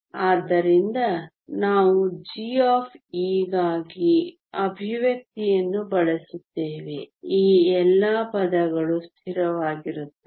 ಆದ್ದರಿಂದ ನಾವು g ಗಾಗಿ ಎಕ್ಸ್ಪ್ರೆಶನ್ ಅನ್ನು ಬಳಸುತ್ತೇವೆ ಈ ಎಲ್ಲಾ ಪದಗಳು ಸ್ಥಿರವಾಗಿರುತ್ತವೆ